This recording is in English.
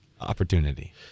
opportunity